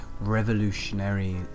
revolutionary